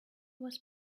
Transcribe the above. was